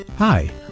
Hi